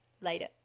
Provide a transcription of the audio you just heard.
later